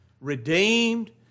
redeemed